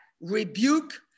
rebuke